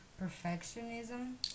perfectionism